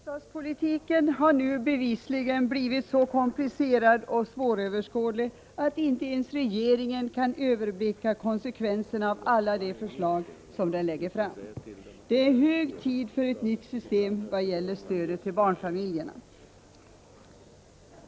Herr talman! Bostadspolitiken har nu bevisligen blivit så komplicerad och svåröverskådlig att inte ens regeringen kan överblicka konsekvenserna av alla de förslag som den lägger fram. Det är hög tid för ett nytt system i vad gäller stödet till barnfamiljerna.